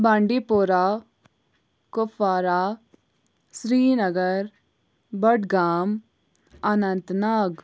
بانڈی پورا کۄپوارا سرینَگر بڈگام اننت ناگ